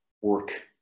work